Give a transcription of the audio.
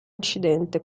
incidente